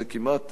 זה כמעט,